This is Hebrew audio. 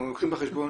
אנחנו לוקחים בחשבון